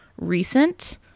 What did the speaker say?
recent